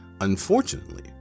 Unfortunately